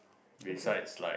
besides like